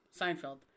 Seinfeld